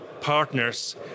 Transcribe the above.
partners